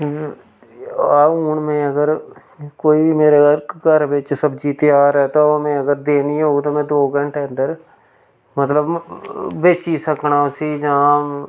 हून हून में अगर कोई मेरे घर घर बिच्च सब्जी त्यार ऐ तां अगर में देनी होग तां में दो घैंटैं अन्दर मतलब बेच्ची सकनां उस्सी जां